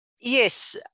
Yes